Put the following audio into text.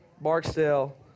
Barksdale